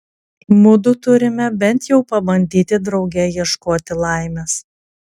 mudu turime bent jau pabandyti drauge ieškoti laimės